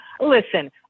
Listen